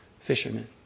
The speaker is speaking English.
fishermen